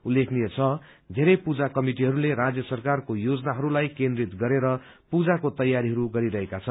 उल्लेखनीय छ धेरै पूजा कमिटिहरूले राज्य सरकारको योजनाहरूलाई केन्द्रित गरेर पूजाको तयारीहरू गरिरहेका छन्